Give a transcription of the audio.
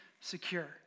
secure